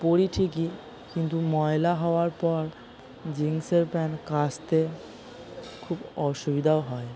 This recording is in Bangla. পরি ঠিকই কিন্তু ময়লা হওয়ার পর জিন্সের প্যান্ট কাচতে খুব অসুবিধাও হয়